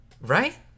Right